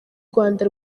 rwanda